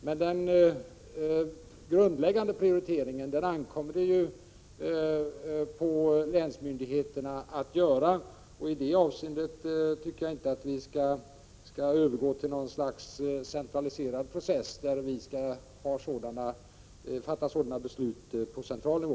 Men den grundläggande prioriteringen ankommer på länsmyndigheterna att göra. I det avseendet tycker jag inte att vi skall övergå till något slags centraliseringsprocess och fatta beslut på central nivå.